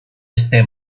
este